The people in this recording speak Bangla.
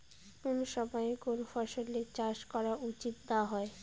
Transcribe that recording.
কুন সময়ে কুন ফসলের চাষ করা উচিৎ না হয়?